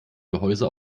gehäuse